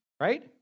right